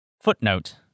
Footnote